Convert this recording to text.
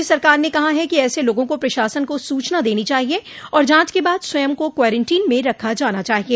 राज्य सरकार ने कहा है कि ऐसे लोगों को प्रशासन को सूचना देनी चाहिए और जांच के बाद स्वयं को क्वारंटीन में रखा जाना चाहिए